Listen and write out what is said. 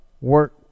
work